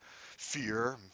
fear